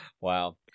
Wow